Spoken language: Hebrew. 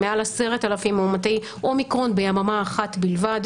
מעל 10,000 מאומתי אומיקרון ביממה אחת בלבד